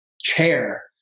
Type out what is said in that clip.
chair